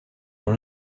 dans